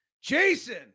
Jason